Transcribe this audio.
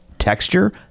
Texture